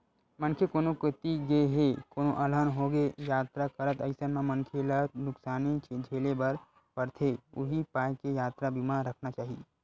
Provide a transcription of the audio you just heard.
मनखे कोनो कोती गे हे कोनो अलहन होगे यातरा करत अइसन म मनखे ल नुकसानी झेले बर परथे उहीं पाय के यातरा बीमा रखना चाही